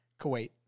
Kuwait